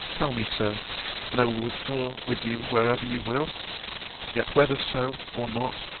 tell me so and i will withdraw with you wherever you will yet whether so, or not,